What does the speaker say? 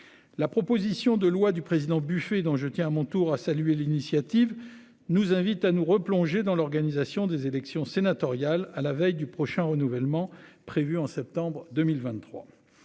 La proposition de loi du président buffet dont je tiens à mon tour à saluer l'initiative nous invite à nous replonger dans l'organisation des élections sénatoriales. À la veille du prochain renouvellement prévu en septembre 2023.